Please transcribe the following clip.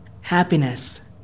Happiness